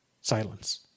silence